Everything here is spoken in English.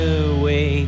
away